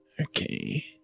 Okay